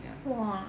ya